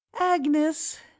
Agnes